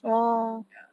ya